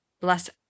bless